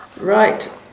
Right